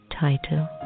title